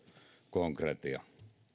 konkretia tämä